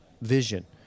vision